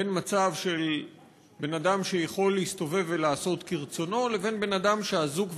בין מצב של בן-אדם שיכול להסתובב ולעשות כרצונו לבין בן-אדם אזוק וקשור,